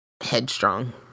Headstrong